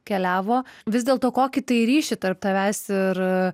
keliavo vis dėl to kokį tai ryšį tarp tavęs ir